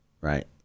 Right